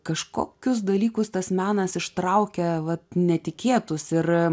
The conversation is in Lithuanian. kažkokius dalykus tas menas ištraukia vat netikėtus ir